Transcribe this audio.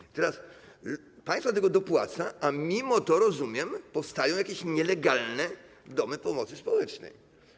I teraz państwo do tego dopłaca, a mimo to, rozumiem, powstają jakieś nielegalne domy pomocy społecznej.